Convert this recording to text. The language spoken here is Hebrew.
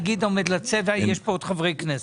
הנגיד עומד לצאת ויש פה עוד חברי כנסת.